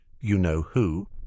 you-know-who